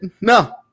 No